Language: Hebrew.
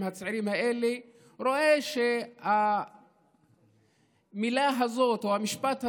הצעירים האלה רואה שהמילה הזאת או המשפט הזה,